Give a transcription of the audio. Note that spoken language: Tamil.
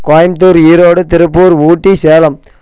கோயம்த்தூர் ஈரோடு திருப்பூர் ஊட்டி சேலம்